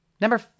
Number